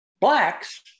Blacks